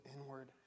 inward